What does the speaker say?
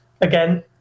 Again